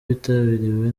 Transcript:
byitabiriwe